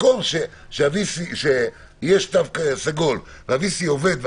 מקום שיש תו סגול וה VC עובד,